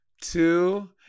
Two